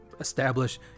establish